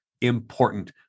important